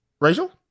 Rachel